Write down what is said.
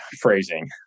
phrasing